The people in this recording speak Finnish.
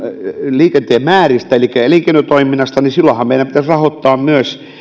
liikenteen määristä elikkä elinkeinotoiminnasta niin silloinhan meidän pitäisi rahoittaa myös